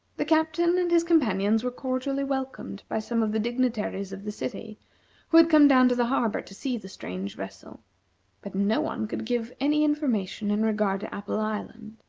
the captain and his companions were cordially welcomed by some of the dignitaries of the city who had come down to the harbor to see the strange vessel but no one could give any information in regard to apple island,